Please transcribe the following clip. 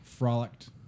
Frolicked